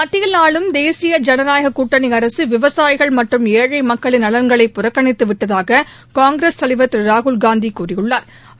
மத்தியில் ஆளும் தேசிய ஜனநாயக கூட்டணி அரசு விவசாயிகள் மற்றும் ஏழை மக்களின் நலன்களை புறக்கணித்து விட்டதாக காங்கிரஸ் தலைவா் திரு ராகுல் காந்தி கூறியுள்ளாா்